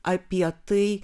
apie tai